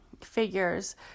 figures